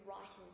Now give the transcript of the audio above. writers